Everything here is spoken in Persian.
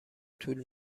طول